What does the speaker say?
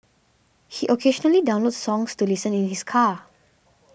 he occasionally downloads songs to listen in his car